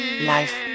Life